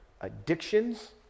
addictions